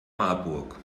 marburg